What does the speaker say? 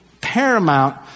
paramount